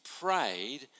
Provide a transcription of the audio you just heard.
prayed